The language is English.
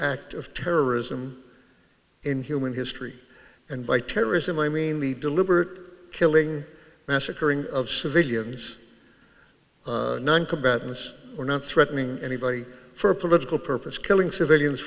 act of terrorism in human history and by terrorism i mean the deliberate killing massacring of civilians non combatants are not threatening anybody for a political purpose killing civilians